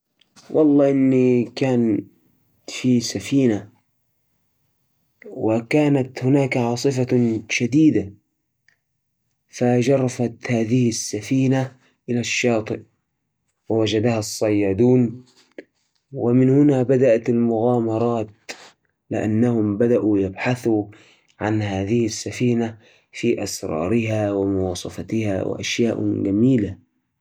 ذات مرة، في أثنائ إحدي العواصف جُرفت سفينة غامضة إلى الشاطئ تجمع القرويون حول السفينة، متسائلين عن أصلها وما تحمله من أسرار عندما اقترب أحدهم، إكتتشف أن السفينة مليئة بالصناديق المغلقة، وعليها رموز غريبة قرر مجموعة من الشجعان فتح الصناديق، فوجدوا بداخلها كنوز من المدن